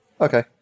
Okay